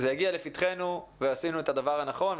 זה הגיע לפתחנו ועשינו את הדבר הנכון.